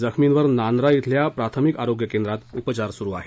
जखमींवर नांद्रा येथील प्राथमिक आरोग्य केंद्रात उपचार सुरू आहेत